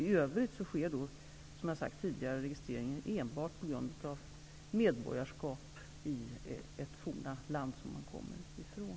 I övrigt sker, som jag tidigare har sagt, registreringen enbart på grund av medborgarskap i ett forna land som man kommer ifrån.